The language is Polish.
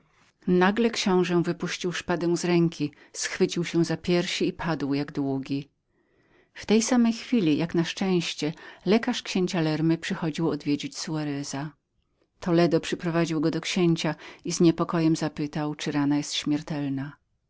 nagle książe wypuścił szpadę z ręki schwycił się za piersi i padł jak długi w tej chwili jak na szczęście lekarz księcia lerny przychodził odwiedzać soareza toledo przyprowadził go do księcia i z niespokojnością zapytał czy rana jest śmiertelną